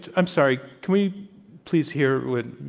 i'm sorry. can we please hear what